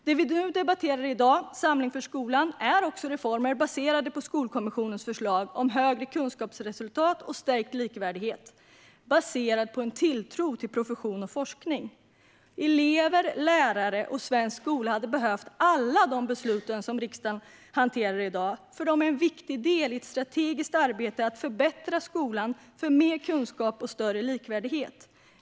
Det vi nu debatterar i dag, betänkandet Samling för skolan , innehåller också reformer baserade på Skolkommissionens förslag för högre kunskapsresultat och stärkt likvärdighet, som i sin tur är baserade på en tilltro till profession och forskning. Elever, lärare och svensk skola hade behövt alla de beslut som riksdagen hanterar i dag, för de är en viktig del i ett strategiskt arbete för en förbättrad svensk skola, för mer kunskap och större likvärdighet.